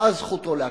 פקעה זכותו להקלה.